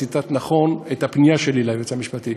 ציטטת נכון את הפנייה שלי ליועץ המשפטי.